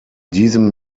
diesem